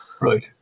Right